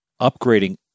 upgrading